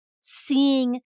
seeing